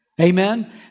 Amen